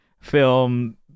film